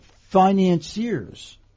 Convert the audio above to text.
financiers